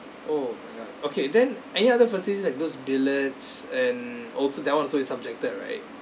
oh I got it okay then any other facilities like those billiards and also that [one] also is subjected right